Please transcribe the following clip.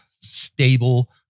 stable